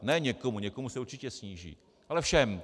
Ne někomu, někomu se určitě sníží, ale všem.